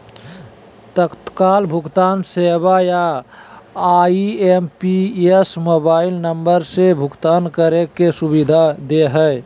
तत्काल भुगतान सेवा या आई.एम.पी.एस मोबाइल नम्बर से भुगतान करे के सुविधा दे हय